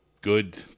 good